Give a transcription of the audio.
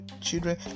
children